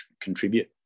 contribute